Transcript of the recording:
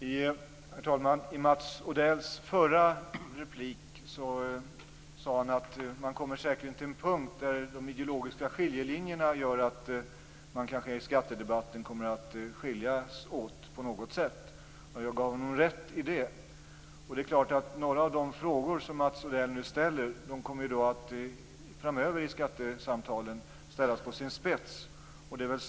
Herr talman! Mats Odell sade i sin förra replik att man i skattedebatten säkert kommer till en punkt där de ideologiska skiljelinjerna kommer fram, och jag gav honom rätt i det. Det är klart att några av de frågor som Mats Odell nu ställer kommer att framöver ställas på sin spets i skattesamtalen.